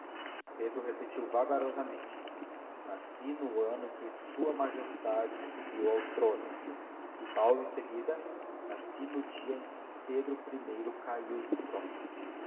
pedro repetiu vagarosamente nasci no dia em que sua majestade subiu ao trono e paulo em seguida nasci no dia em que pedro i caiu do trono